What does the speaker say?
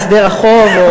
הסדר החוב,